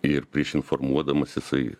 ir prieš informuodamas jisai